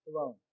alone